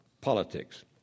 Politics